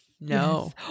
no